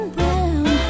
Brown